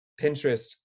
Pinterest